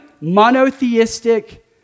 monotheistic